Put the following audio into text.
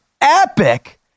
epic